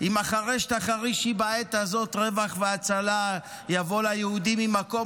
"אם החרש תחרישי בעת הזאת רוַח והצלה יעמוד ליהודים ממקום